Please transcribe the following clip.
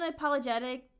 unapologetic